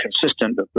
consistent